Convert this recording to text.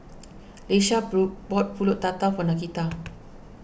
Leisha blue bought Pulut Tatal for Nakita